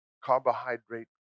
carbohydrate